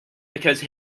because